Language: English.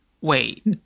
wait